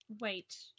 wait